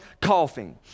coughing